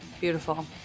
Beautiful